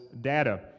data